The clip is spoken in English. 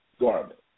garment